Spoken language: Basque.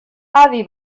adi